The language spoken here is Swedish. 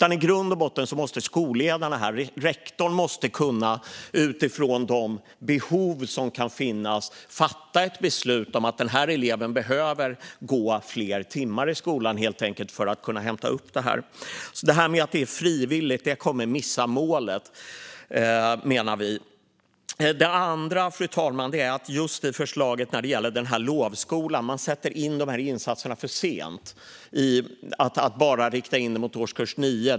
I grund och botten måste skolledaren, rektorn, kunna fatta ett beslut utifrån de behov som kan finnas om att den här eleven behöver gå fler timmar i skolan för att kunna hämta upp det här. Att det är frivilligt kommer att göra att man missar målet, menar vi. Dessutom, fru talman, sätts insatserna i och med förslaget med lovskolan in för sent när de bara riktas in mot årskurs 9.